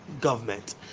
Government